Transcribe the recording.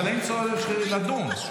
אבל אין צורך לדון.